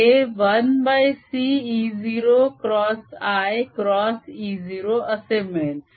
हे 1cE0 cross i cross E0 असे मिळेल